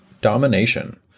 Domination